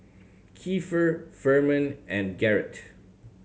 Kiefer Furman and Garrett